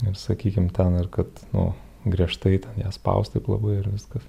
ir sakykim ten ir kad nu griežtai ten ją spaust taip labai ir viskas